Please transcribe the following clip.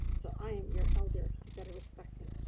so i am your elder, you better respect me.